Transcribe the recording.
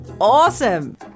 awesome